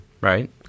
right